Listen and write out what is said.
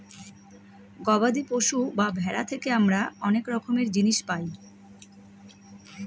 গবাদি পশু বা ভেড়া থেকে আমরা অনেক রকমের জিনিস পায়